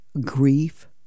grief